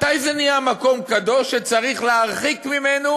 מתי זה נהיה מקום קדוש שצריך להרחיק ממנו